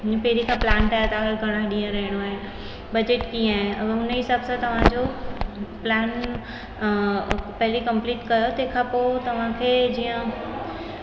पहिरीं खां प्लान ठाहे तव्हांखे घणा ॾींहं रहिणो आहे बजेट कीअं आहे हुन हिसाबु तव्हांजो प्लान पहेला कंप्लीट कयो तंहिं खां पोइ तव्हांखे जीअं